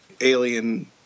alien